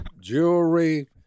jewelry